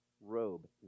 robe